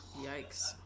Yikes